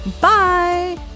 Bye